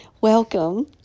welcome